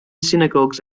synagogues